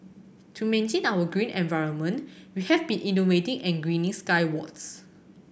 to maintain our green environment we have been innovating and greening skywards